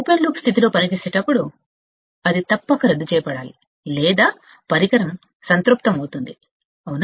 open loop స్థితిలో పనిచేసేటప్పుడు అది తప్పక రద్దు చేయబడాలి లేదా పరికరం సంతృప్తమవుతుంది అవునా